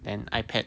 then ipad